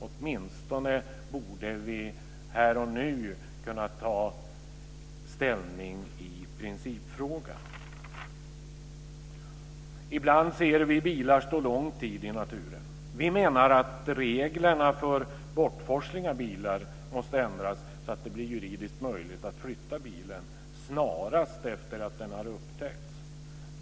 Åtminstone borde vi här och nu kunna ta ställning i principfrågan. Ibland ser vi bilar stå lång tid i naturen. Vi menar att reglerna för bortforsling av bilar måste ändras så att det blir juridiskt möjligt att flytta bilen snarast efter att den har upptäckts.